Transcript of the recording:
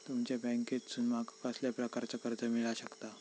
तुमच्या बँकेसून माका कसल्या प्रकारचा कर्ज मिला शकता?